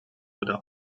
oder